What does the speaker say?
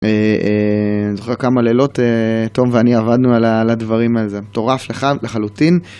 אני זוכר כמה לילות, תום ואני עבדנו על הדברים ועל זה, מטורף לחלוטין.